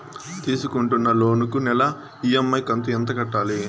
తీసుకుంటున్న లోను కు నెల ఇ.ఎం.ఐ కంతు ఎంత కట్టాలి?